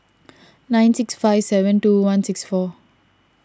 nine six five seven two one six four